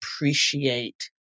appreciate